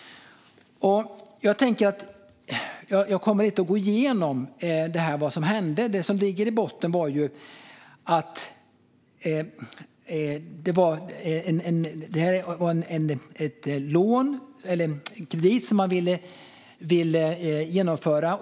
Jag kommer inte att gå igenom allt som hände. Men det som ligger i botten är en kredit som man ville genomföra.